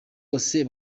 bose